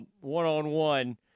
one-on-one